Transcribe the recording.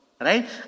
right